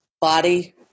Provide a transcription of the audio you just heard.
body